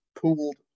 pooled